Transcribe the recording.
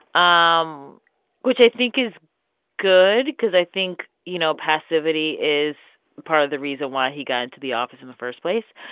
um which i think is good cause i think, you know, passivity is part of the reason why he got into the office in the first place.